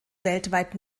weltweit